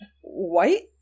white